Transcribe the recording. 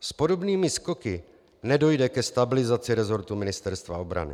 S podobnými skoky nedojde ke stabilizaci resortu Ministerstva obrany.